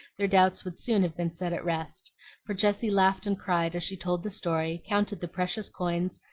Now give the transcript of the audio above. their doubts would soon have been set at rest for jessie laughed and cried as she told the story, counted the precious coins,